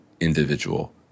individual